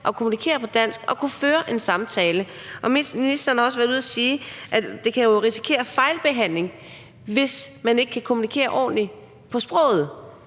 kommunikere på dansk og kunne føre en samtale. Ministeren har også været ude at sige, at der jo kan risikere at ske fejlbehandling, hvis man ikke kan kommunikere ordentligt på sproget.